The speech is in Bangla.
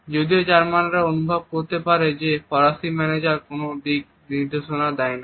যদিও জার্মানরা অনুভব করতে পারে যে ফরাসি ম্যানেজার কোনও দিক নির্দেশনা দেয় না